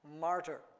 martyr